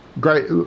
great